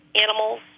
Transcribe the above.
animals